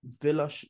Villa